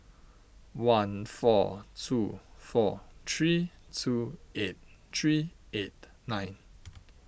one four two four three two eight three eight nine